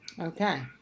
okay